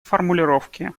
формулировки